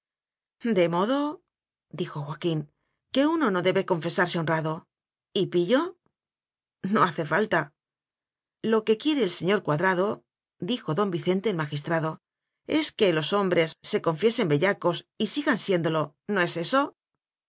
justa de mododijo joaquínque uno no debe confesarse honrado y pillo no hace falta lo que quiere el señor cuadradodijo don vicente el magistradoes que los hom bres se confiesen bellacos y sigan siéndolo no es eso